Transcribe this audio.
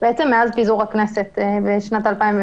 מאז פיזור הכנסת בשנת 2018,